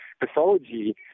pathology